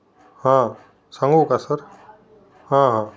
हां सांगू का सर हां हां